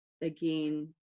again